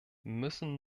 müssen